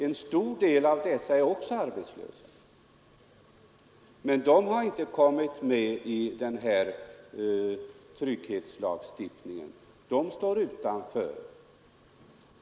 En stor del av dessa är också arbetslösa, men de har inte kommit med i den här trygghetslagstiftningen utan står utanför.